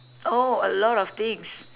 oh a lot of things